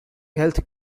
health